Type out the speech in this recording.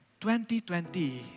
2020